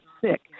sick